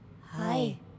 Hi